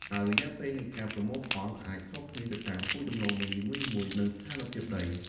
ហើយរយៈពេលនៃការប្រមូលផលអាចខុសគ្នាទៅតាមពូជដំឡូងមីនីមួយៗ និងស្ថានភាពដី។